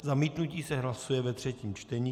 Zamítnutí se hlasuje ve třetím čtení.